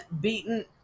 beaten